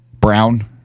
Brown